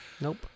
Nope